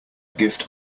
gift